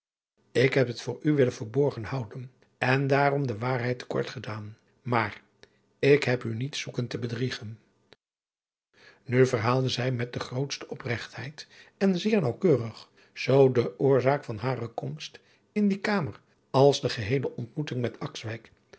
ik heb het voor u willen verborgen houden en daarom de waarheid te kort gedaan maar ik heb u niet zoeken te bedriegen nu verhaalde zij met de grootste opregtheid en zeer naauwkeurig zoo de oorzaak van hare komst in die kamer als de geheele ontmoeting met